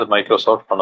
Microsoft